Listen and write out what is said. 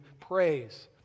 praise